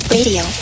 Radio